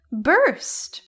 burst